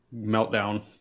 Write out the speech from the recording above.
Meltdown